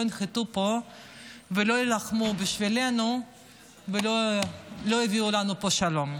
ינחתו פה ולא יילחמו בשבילנו ולא יביאו לנו פה שלום.